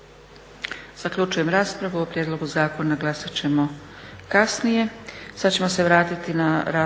Zaključujem raspravu. O prijedlogu zakona glasat ćemo kasnije.